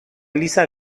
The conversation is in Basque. eliza